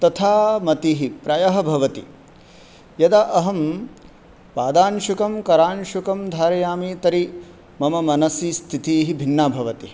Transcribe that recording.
तथा मतिः प्रायः भवति यदा अहं पादांशुकं करांशुकं धारयामि तर्हि मम मनसि स्थितिः भिन्ना भवति